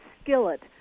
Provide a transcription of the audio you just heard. skillet